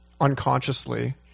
unconsciously